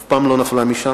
אף פעם לא נפלה משם,